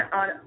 on